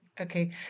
Okay